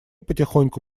потихоньку